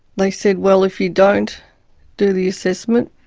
they said, well if you don't do the assessment,